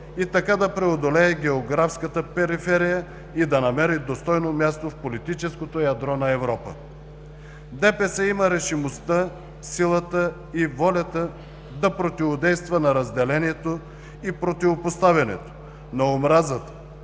– така да преодолее географската периферия и да намери достойно място в политическото ядро на Европа. ДПС има решимостта, силата и волята да противодейства на разделението и противопоставянето, на омразата,